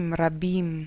Rabim